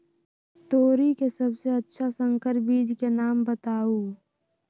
तोरी के सबसे अच्छा संकर बीज के नाम बताऊ?